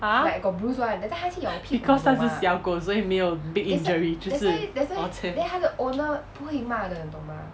!huh! because 它是小狗所以没有 big injury 就是 orh cheh